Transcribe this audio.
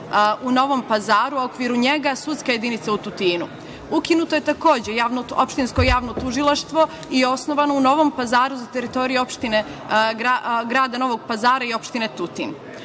u Novom Pazaru, a u okviru njega sudska jedinica u Tutinu. Ukinuto je javno opštinsko tužilaštvo i osnovano u Novom Pazaru za teritoriju grada Novog Pazara i opštine